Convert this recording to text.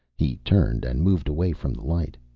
he turned and moved away from the light.